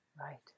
Right